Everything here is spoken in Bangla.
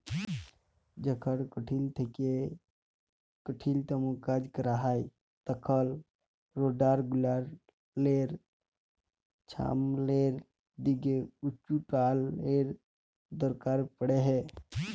যখল কঠিল থ্যাইকে কঠিলতম কাজ ক্যরা হ্যয় তখল রোডার গুলালের ছামলের দিকে উঁচুটালের দরকার পড়হে